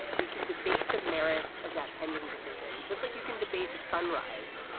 we can debate the merits of that pending decision, just like you can debate the sunrise,